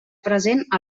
present